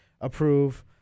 approve